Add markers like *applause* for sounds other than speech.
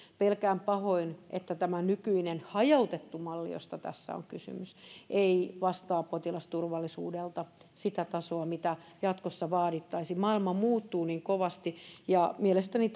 pelkään pahoin että tämä nykyinen hajautettu malli josta tässä on kysymys ei vastaa potilasturvallisuudeltaan sitä tasoa mitä jatkossa vaadittaisiin maailma muuttuu niin kovasti mielestäni *unintelligible*